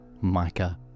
mica